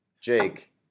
Jake